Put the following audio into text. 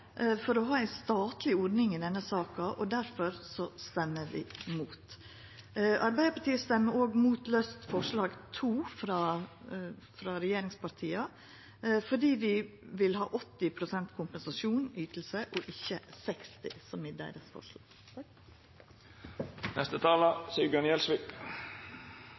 for å ha ei statleg ordning i denne saka. Difor stemmer vi mot. Arbeidarpartiet vil òg stemma mot forslag nr. 2, frå regjeringspartia, for vi vil ha 80 pst. kompensasjonsyting, ikkje 60 pst., som er deira forslag.